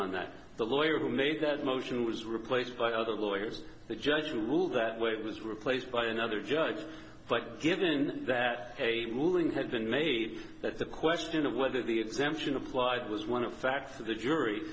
on that the lawyer who made that motion was replaced by other lawyers the judge ruled that way it was replaced by another judge but given that a ruling had been made that the question of whether the exemption applied was one of facts that the jury